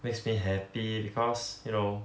makes me happy because you know